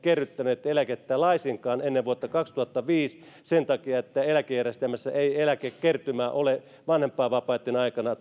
kerryttäneet eläkettä laisinkaan ennen vuotta kaksituhattaviisi sen takia että eläkejärjestelmässä ei eläkekertymää ole vanhempainvapaitten